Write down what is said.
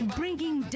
bringing